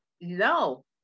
no